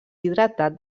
hidratat